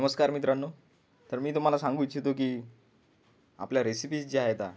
नमस्कार मित्रांनो तर मी तुम्हाला सांगू इच्छितो की आपल्या रेसिपीज ज्या आहेत